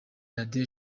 radio